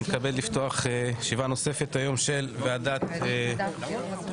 אני מתכבד לפתוח ישיבה נוספת של ועדת הכנסת.